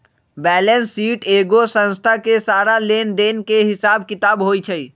balance sheet एगो संस्था के सारा लेन देन के हिसाब किताब होई छई